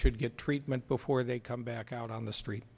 should get treatment before they come back out on the street